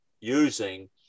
using